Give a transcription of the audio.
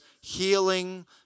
healing